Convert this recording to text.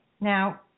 Now